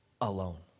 alone